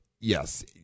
Yes